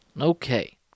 Okay